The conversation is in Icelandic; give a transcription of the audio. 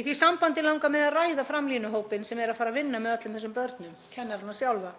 Í því sambandi langar mig að ræða framlínuhópinn sem er að fara að vinna með öllum þessum börnum, kennarana sjálfa.